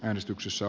äänestyksessä